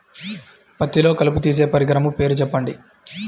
పత్తిలో కలుపు తీసే పరికరము పేరు చెప్పండి